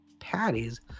patties